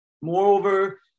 Moreover